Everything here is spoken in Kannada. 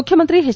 ಮುಖ್ಯಮಂತ್ರಿ ಎಚ್